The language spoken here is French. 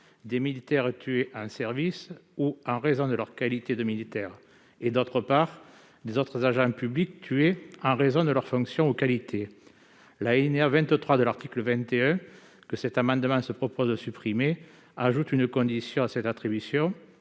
des militaires tués en service ou en raison de leur qualité de militaire et, d'autre part, des autres agents publics tués en raison de leurs fonctions ou de leur qualité. L'alinéa 23 de l'article 21, que cet amendement tend à supprimer, ajoute une condition à cette attribution,